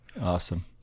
Awesome